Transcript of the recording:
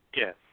Yes